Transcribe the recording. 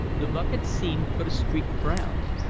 the buck had seemed but a streak of brown.